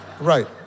Right